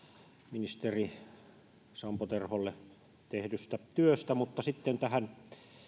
ministeri sampo terholle tehdystä työstä sitten tähän